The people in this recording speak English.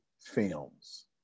films